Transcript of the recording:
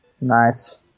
Nice